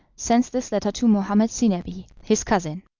sends this letter to mohammed zinebi, his cousin.